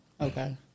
Okay